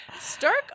Stark